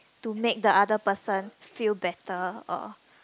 to make the other person feel better or